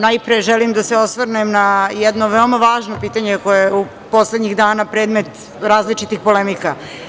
Najpre, želim da se osvrnem na jedno veoma važno pitanje koje je poslednjih dana predmet različitih polemika.